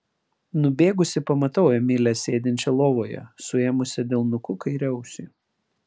nubėgusi pamatau emilę sėdinčią lovoje suėmusią delnuku kairę ausį